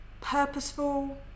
purposeful